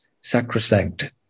sacrosanct